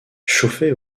chauffé